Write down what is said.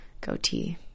Goatee